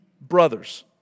brothers